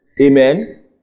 Amen